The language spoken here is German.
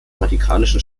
vatikanischen